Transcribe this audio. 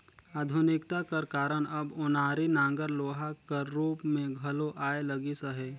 आधुनिकता कर कारन अब ओनारी नांगर लोहा कर रूप मे घलो आए लगिस अहे